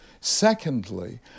Secondly